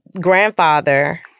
grandfather